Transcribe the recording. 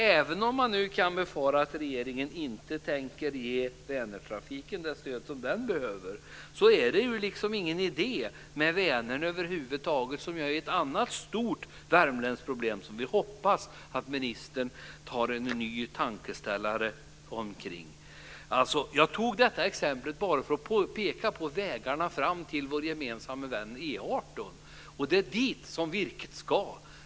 Även om man kan befara att regeringen inte tänker ge Vänertrafiken det stöd som den behöver så är det liksom ingen idé med Vänern över huvud taget annars. Vänern är ju ett annat stort värmländskt problem som vi hoppas att ministern tar en ny tankeställare omkring. Jag tog detta exempel bara för att peka på vägarna fram till vår gemensamma vän E 18. Det är dit som virket ska.